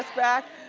back?